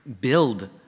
build